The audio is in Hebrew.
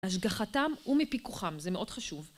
השגחתם ומפיקוחם זה מאוד חשוב